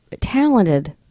talented